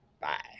Bye